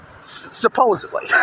supposedly